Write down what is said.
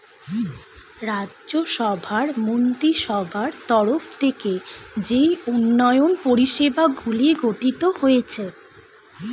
রাজ্য সভার মন্ত্রীসভার তরফ থেকে যেই উন্নয়ন পরিষেবাগুলি গঠিত হয়েছে